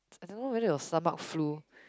I don't know whether it was stomach flu